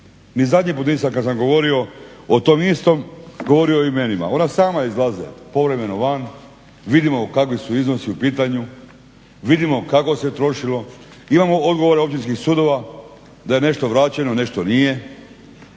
ni zadnji put nisam kad sam govorio o tom istom, govori o imenima. Ona sama izlaze povremeno van, vidimo kakvi su iznosi u pitanju, vidimo kako se trošilo. Imamo odgovore Općinskih sudova da je nešto vraćeno, nešto nije